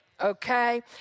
Okay